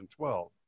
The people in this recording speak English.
2012